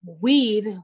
weed